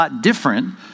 different